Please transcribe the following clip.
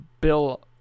Bill